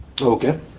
Okay